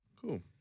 Cool